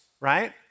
right